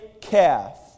calf